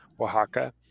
Oaxaca